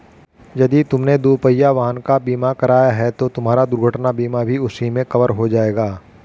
यदि तुमने दुपहिया वाहन का बीमा कराया है तो तुम्हारा दुर्घटना बीमा भी उसी में कवर हो जाएगा